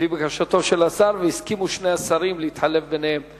לפי בקשה מיוחדת, בהסכמת שני השרים, אני